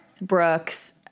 Brooks